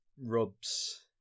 rubs